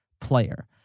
player